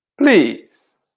Please